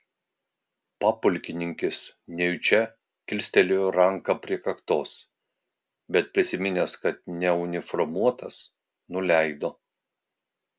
papulkininkis nejučia kilstelėjo ranką prie kaktos bet prisiminęs kad neuniformuotas nuleido